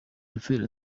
shoferi